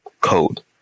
code